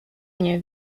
nie